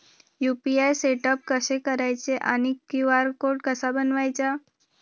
UPI setup कसे करायचे आणि क्यू.आर कोड कसा बनवायचा?